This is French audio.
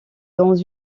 dans